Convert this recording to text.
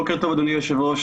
בוקר טוב, אדוני היושב-ראש.